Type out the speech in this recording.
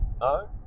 No